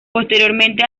posteriormente